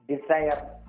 desire